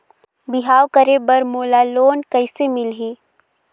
बिहाव करे बर मोला लोन कइसे मिलही?